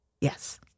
Yes